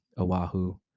Oahu